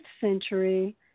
century